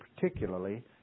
particularly